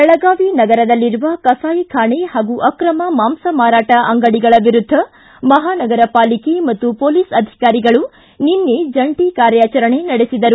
ಬೆಳಗಾವಿ ನಗರದಲ್ಲಿರುವ ಕಸಾಯಿಖಾನೆ ಹಾಗೂ ಅಕ್ರಮ ಮಾಂಸ ಸಾಗಾಟ ಅಂಗಡಿಗಳ ವಿರುದ್ಧ ಮಹಾನಗರ ಪಾಲಿಕೆ ಮತ್ತು ಪೊಲೀಸ್ ಅಧಿಕಾರಿಗಳು ನಿನ್ನೆ ಜಂಟ ಕಾರ್ಯಾಚರಣೆ ನಡೆಸಿದರು